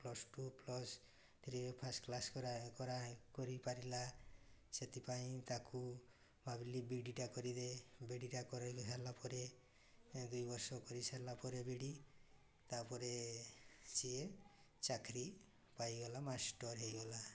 plus two plus three first class କରିପାରିଲା ସେଥିପାଇଁ ତାକୁ ଭାବିଲି ବିଏଡ଼୍ଟା କରିଦେ ବିଏଡ଼୍ଟା କରାଇ ସାରିଲା ପରେ ଦୁଇ ବର୍ଷ କରିସାରିଲା ପରେ ବି ଏଡ଼୍ ତା'ପରେ ସିଏ ଚାକିରି ପାଇଗଲା ମାଷ୍ଟର ହେଇଗଲା